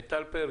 מיטל פרי